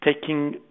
taking